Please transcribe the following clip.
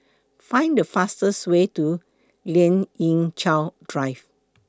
Find The fastest Way to Lien Ying Chow Drive